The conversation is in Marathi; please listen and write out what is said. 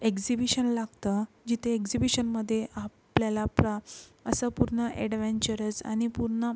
एक्झिभिशन लागतं जिथे एक्झिबिशनमध्ये आपल्याला प्रा असं पूर्ण ॲडवेंचरस आणि पूर्ण